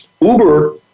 Uber